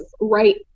right